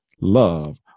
love